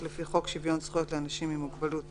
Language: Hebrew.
לפי חוק שוויון זכויות לאנשים עם מוגבלות